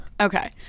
Okay